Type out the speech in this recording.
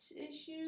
issues